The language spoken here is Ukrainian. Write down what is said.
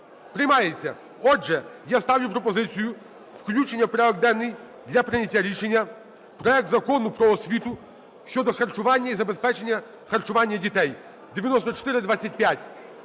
Приймається! Отже, я ставлю пропозицію включення у порядок денний для прийняття рішення проект Закону про освіту щодо харчування і забезпечення харчування дітей (9425).